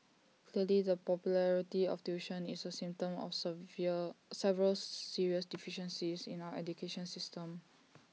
clearly the popularity of tuition is A symptom of severe several serious deficiencies in our education system